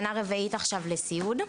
שנה רביעית לסיעוד.